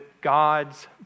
God's